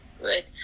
Good